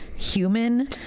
human